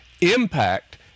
impact